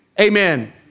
Amen